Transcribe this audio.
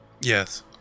Yes